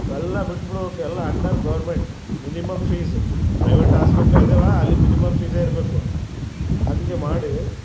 ಎಲ್ಲ ಬಿಟ್ಬಿಡ್ಬೇಕ್ ಎಲ್ಲ under government minimum fees private hospital ಇದಾವೆ ಅಲ್ಲಿ ಮಿನಿಮಮ್ ಫೀಸೆ ಇರಬೇಕು ಹಂಗೇ ಮಾಡಿ